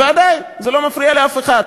ועדיין זה לא מפריע לאף אחד.